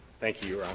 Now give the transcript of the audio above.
thank you, your ah